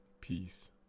Peace